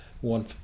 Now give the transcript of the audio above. one